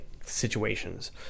situations